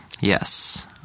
Yes